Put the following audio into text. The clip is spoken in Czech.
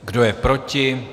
Kdo je proti?